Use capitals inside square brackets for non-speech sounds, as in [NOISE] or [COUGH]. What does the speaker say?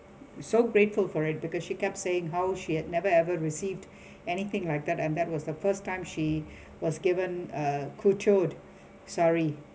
so grateful for it because she kept saying how she had never ever received [BREATH] anything like that and that was the first time she [BREATH] was given a couture sari